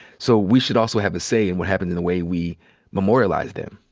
so we should also have a say in what happens in the way we memorialize them,